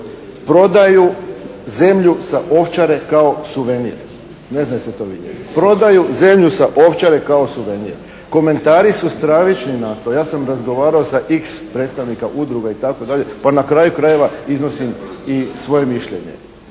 prodaju zemlju sa Ovčare kao suvenir. Prodaju zemlju sa Ovčare kao suvenir. Komentari su stravično na to. Ja sam razgovarao sa X predstavnika udruga itd., pa na kraju krajeva iznosim i svoje mišljenje.